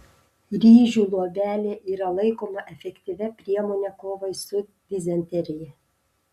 ryžių luobelė yra laikoma efektyvia priemone kovai su dizenterija